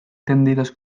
tendidos